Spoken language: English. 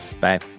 Bye